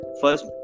first